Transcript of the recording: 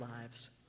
lives